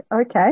Okay